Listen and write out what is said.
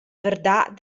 verdad